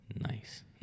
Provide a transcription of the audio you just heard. Nice